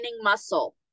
muscle